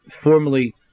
formerly